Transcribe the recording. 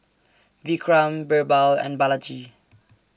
Vikram Birbal and Balaji